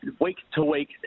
week-to-week